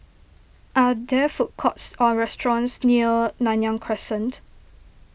are there food courts or restaurants near Nanyang Crescent